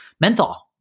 Menthol